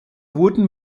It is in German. wurden